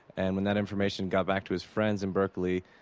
and when that information got back to his friends in berkeley,